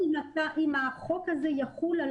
אני רוצה להבין אם החוק הזה יחול על